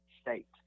state